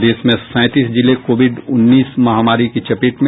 प्रदेश में सैंतीस जिले कोविड उन्नीस महामारी की चपेट में